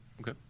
Okay